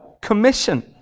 commission